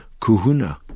Kuhuna